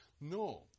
No